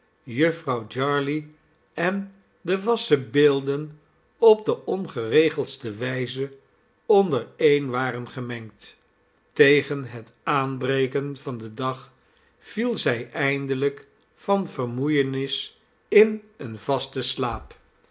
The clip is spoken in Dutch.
jufvrouw jarley en de wassen beelden op de ongeregeldste wijze ondereen waren gemengd tegen het aanbreken van den dag viel zij eindelijk van vermoeienis in een vasten slaap